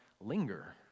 linger